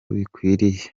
bikwiriye